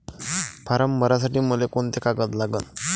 Form भरासाठी मले कोंते कागद लागन?